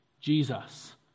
Jesus